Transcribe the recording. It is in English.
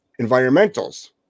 environmentals